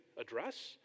address